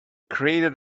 created